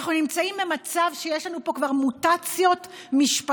אנחנו נמצאים במצב שיש לנו פה כבר מוטציות משפטיות.